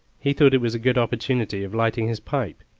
he thought it was a good opportunity of lighting his pipe,